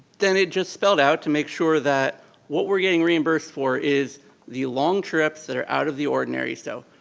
then it just spelled out to make sure that what we're getting reimburse for is the long trips that are out of the ordinary, so,